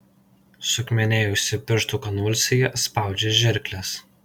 suakmenėjusi pirštų konvulsija spaudžia žirkles